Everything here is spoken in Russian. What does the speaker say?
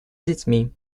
детьми